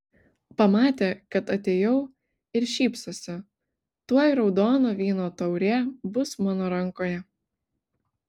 pamatė kad atėjau ir šypsosi tuoj raudono vyno taurė bus mano rankoje